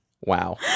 Wow